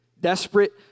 Desperate